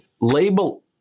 label